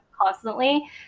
constantly